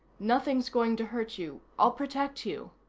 nothing's going to hurt you. i'll protect you.